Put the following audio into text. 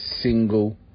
single